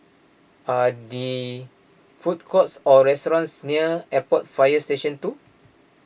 are food courts or restaurants near Airport Fire Station two